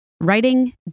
Writing